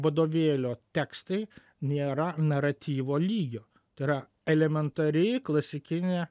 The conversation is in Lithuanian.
vadovėlio tekstai nėra naratyvo lygio tai yra elementari klasikinė